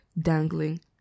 dangling